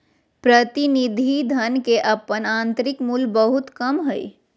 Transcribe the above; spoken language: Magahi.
प्रतिनिधि धन के अपन आंतरिक मूल्य बहुत कम हइ